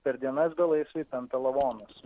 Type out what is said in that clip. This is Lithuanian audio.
per dienas belaisviai tempė lavonus